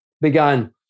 began